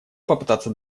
попытаться